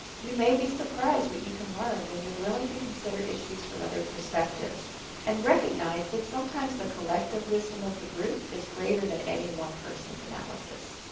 you may be surprised what you can learn when you are willing to consider issues from other perspectives and recognize that sometimes the collective wisdom of the group is greater than any one person's analysis.